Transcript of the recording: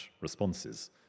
responses